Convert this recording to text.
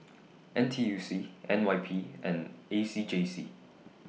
N T U C N Y P and A C J C